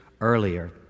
earlier